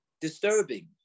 disturbing